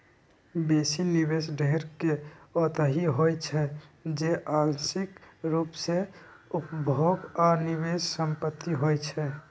बेशी निवेश ढेरेक ओतहि होइ छइ जे आंशिक रूप से उपभोग आऽ निवेश संपत्ति होइ छइ